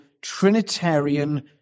Trinitarian